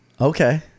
Okay